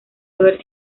haber